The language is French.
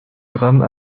drame